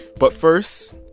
but first,